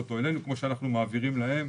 אותו אלינו כמו שאנחנו מעבירים אליהם.